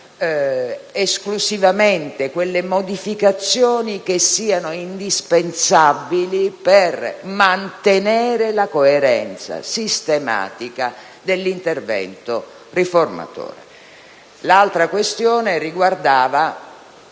su questo - quelle modificazioni che siano indispensabili per mantenere la coerenza sistematica dell'intervento riformatore. L'altra questione riguardava